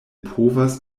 povas